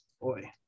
boy